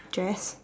dress